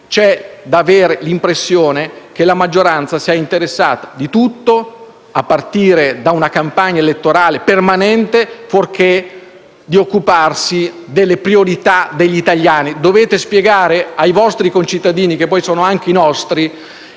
dei rom, ho l'impressione che la maggioranza sia interessata a tutto, a partire da una campagna elettorale permanente, fuorché ad occuparsi delle priorità degli italiani. Dovete spiegare ai vostri concittadini (che poi sono anche i nostri)